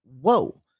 whoa